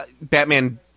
Batman